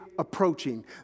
approaching